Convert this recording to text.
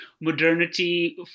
modernity